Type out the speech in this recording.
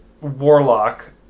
warlock